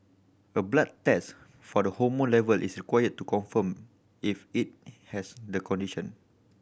a blood test for the hormone level is required to confirm if it has the condition